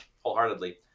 wholeheartedly